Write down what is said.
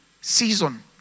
season